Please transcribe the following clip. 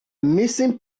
missing